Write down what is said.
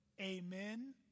Amen